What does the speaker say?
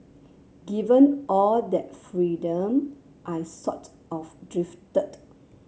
given all that freedom I sort of drifted